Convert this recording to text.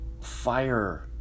fire